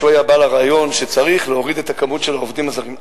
שהוא היה בעל הרעיון שצריך להוריד את מספר העובדים הזרים,